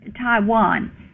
Taiwan